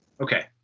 Okay